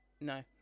No